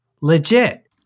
legit